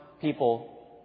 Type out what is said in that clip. people